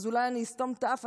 אז אולי אני אסתום את האף,